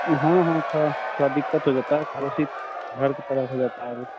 हाँ हाँ थोड़ा थोड़ा दिक्कत हो जाता है पड़ोसी घर की तरह हो जाता है वह